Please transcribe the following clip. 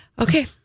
Okay